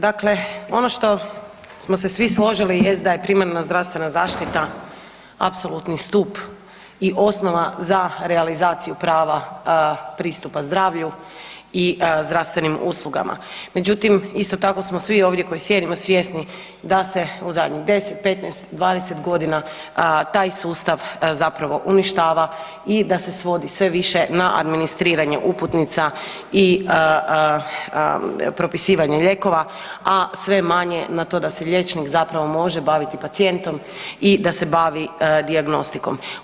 Dakle, ono što smo se svi složili jest da je primarna zdravstvena zaštita apsolutni stup i osnova za realizaciju prava pristupa zdravlju i zdravstvenim uslugama međutim isto tako smo svi ovdje sjedimo svjesni da se u zadnjih 10, 15, 20 g. taj sustav zapravo uništava i da se svodi sve više na administriranje uputnica i propisivanje lijekova a sve manje na to da se liječnik zapravo može baviti pacijentom i da se bavi dijagnostikom.